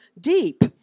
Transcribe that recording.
deep